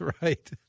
right